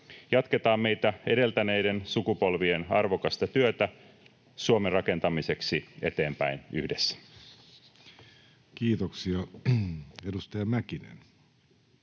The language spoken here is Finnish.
Jatketaan meitä edeltäneiden sukupolvien arvokasta työtä Suomen rakentamiseksi eteenpäin yhdessä. [Speech 289] Speaker: